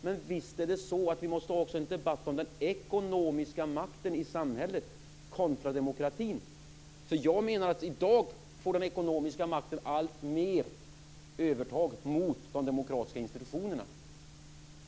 Men visst är det så att vi också måste ha en debatt om den ekonomiska makten i samhället kontra demokratin. Jag menar att den ekonomiska makten i dag alltmer får övertaget mot de demokratiska institutionerna.